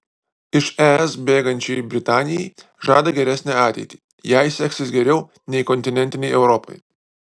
iš es bėgančiai britanijai žada geresnę ateitį jai seksis geriau nei kontinentinei europai